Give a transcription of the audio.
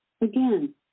Again